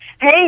hey